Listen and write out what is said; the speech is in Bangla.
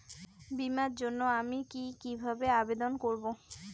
বিমার জন্য আমি কি কিভাবে আবেদন করব?